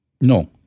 No